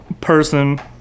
person